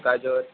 গাজর